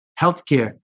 healthcare